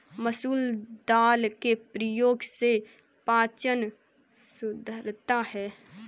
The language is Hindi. मसूर दाल के प्रयोग से पाचन सुधरता है